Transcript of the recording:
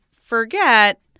forget